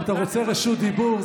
אם אתה רוצה רשות דיבור,